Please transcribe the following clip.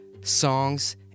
songs